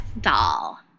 doll